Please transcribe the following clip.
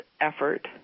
effort